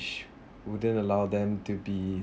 ~ich wouldn't allow them to be